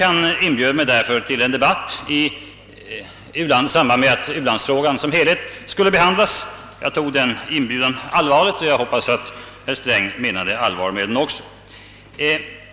Därför inbjöd finansministern mig till en debatt i samband med att u-landsfrågan i sin helhet skulle behandlas. Jag tog denna inbjudan allvarligt, och jag hoppas att herr Sträng också menade allvar med den.